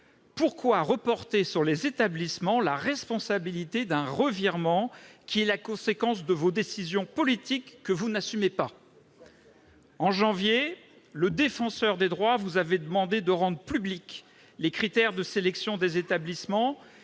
pourquoi faire porter aux établissements la responsabilité d'un revirement qui est la conséquence de décisions politiques que vous n'assumez pas ? Exactement ! En janvier, le Défenseur des droits vous avait demandé de rendre publics les critères de sélection des établissements